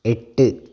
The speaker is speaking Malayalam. എട്ട്